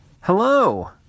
Hello